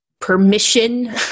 permission